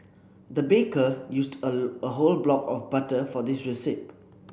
the baker used a a whole block of butter for this receipt